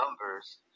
numbers